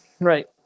Right